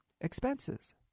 expenses